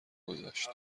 گذشت